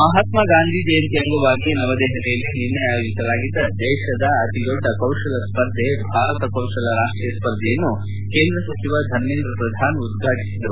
ಮಹಾತ್ಮ ಗಾಂಧಿ ಜಯಂತಿ ಅಂಗವಾಗಿ ನವದೆಪಲಿಯಲ್ಲಿ ನಿನ್ನೆ ಆಯೋಜಿಸಲಾಗಿದ್ದ ದೇಶದ ಅತಿದೊಡ್ಡ ಕೌಶಲ ಸ್ಪರ್ಧೆ ಭಾರತ ಕೌಶಲ ರಾಷ್ಟೀಯ ಸ್ಪರ್ಧೆಯನ್ನು ಕೇಂದ್ರ ಸಚಿವ ಧರ್ಮೇಂದ್ರ ಪ್ರಧಾನ್ ಉದ್ಘಾಟಿಸಿದರು